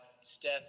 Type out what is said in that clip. Steph